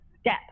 step